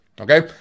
Okay